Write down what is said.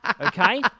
Okay